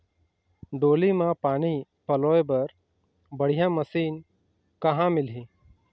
डोली म पानी पलोए बर बढ़िया मशीन कहां मिलही?